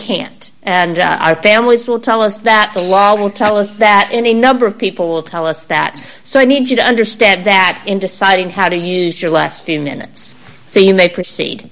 can't and i families will tell us that the law will tell us that any number of people will tell us that so i need you to understand that in deciding how to use your last few minutes so you may proceed